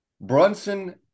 Brunson